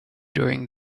during